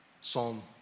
Psalm